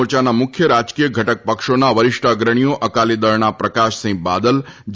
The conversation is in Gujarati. મોરચાના મુખ્ય રાજકીય ઘટક પક્ષોના વરિષ્ઠ અગ્રણીઓ અકાલી દળના પ્રકાશસિંફ બાદલ જે